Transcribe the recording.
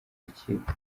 rukiko